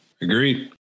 Agreed